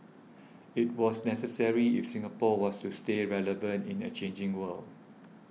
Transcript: it was necessary if Singapore was to stay relevant in a changing world